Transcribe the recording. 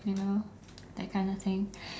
you know that kind of thing